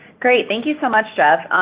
great. thank you so much, jeff.